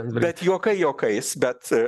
bet juokai juokais bet